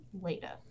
later